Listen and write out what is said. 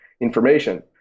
information